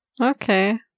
Okay